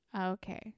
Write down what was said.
Okay